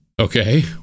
Okay